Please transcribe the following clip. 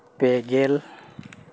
ᱯᱮ ᱜᱮᱞ